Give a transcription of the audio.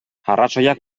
arrazoiak